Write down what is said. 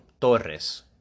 Torres